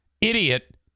idiot